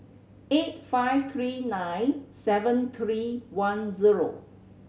eight five three nine seven three one zero